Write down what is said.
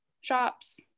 shops